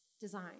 design